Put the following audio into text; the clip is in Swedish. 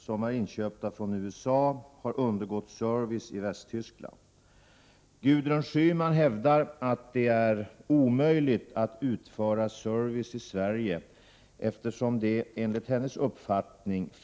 Sträckan Travemände-Göteborg skall transporten gå med Stena Line-färja. Enligt uppgifter har stridsspetsarna varit på service.